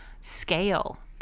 scale